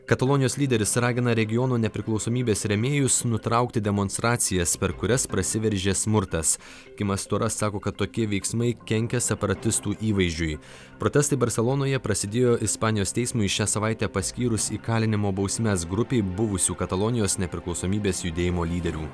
katalonijos lyderis ragina regiono nepriklausomybės rėmėjus nutraukti demonstracijas per kurias prasiveržė smurtas kimas storas sako kad tokie veiksmai kenkia separatistų įvaizdžiui protestai barselonoje prasidėjo ispanijos teismui šią savaitę paskyrus įkalinimo bausmes grupei buvusių katalonijos nepriklausomybės judėjimo lyderių